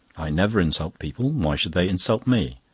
i never insult people why should they insult me?